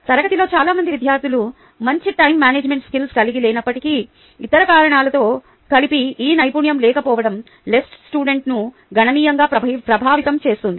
తరగతిలో చాలా మంది విద్యార్థులు మంచి టైమ్ మేనేజ్మెంట్ స్కిల్స్ కలిగి లేనప్పటికీ ఇతర కారణాలతో కలిపి ఈ నైపుణ్యం లేకపోవడం LS ను గణనీయంగా ప్రభావితం చేస్తుంది